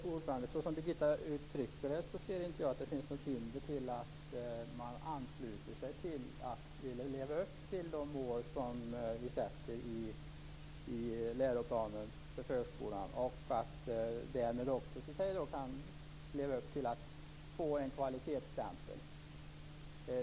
Fru talman! Som Brigitta Sellén uttrycker det ser inte jag att det finns något hinder att de ansluter sig till läroplanen och vill leva upp till de mål vi sätter i läroplanen för förskolan och därmed kan leva upp till att få en kvalitetsstämpel.